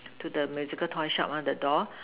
to the musical toy shop ah the door